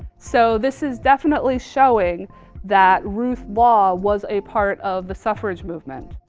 so this is definitely showing that ruth law was a part of the suffrage movement.